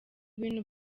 bintu